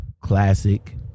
Classic